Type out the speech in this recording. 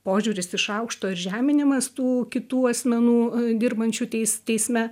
požiūris iš aukšto ir žeminimas tų kitų asmenų dirbančių teis teisme